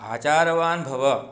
आचारवान् भव